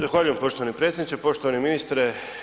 Zahvaljujem poštovani predsjedniče, poštovani ministre.